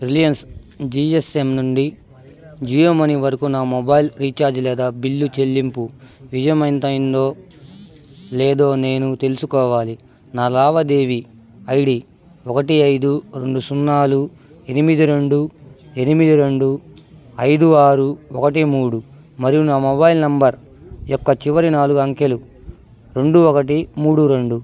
Reliance GSM నుండి జియోమనీ వరకు నా మొబైల్ రీఛార్జ్ లేదా బిల్లు చెల్లింపు విజయమందైందో లేదో నేను తెలుసుకోవాలి నా లావాదేవీ ఐడి ఒకటి ఐదు రెండు సున్నాలు ఎనిమిది రెండు ఎనిమిది రెండు ఐదు ఆరు ఒకటి మూడు మరియు నా మొబైల్ నంబర్ యొక్క చివరి నాలుగు అంకెలు రెండు ఒకటి మూడు రెండు